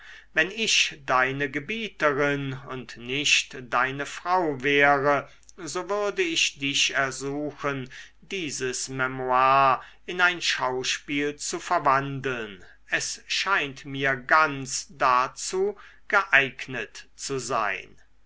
wenn ich deine gebieterin und nicht deine frau wäre so würde ich dich ersuchen dieses memoire in ein schauspiel zu verwandeln es scheint mir ganz dazu geeignet zu sein